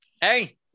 hey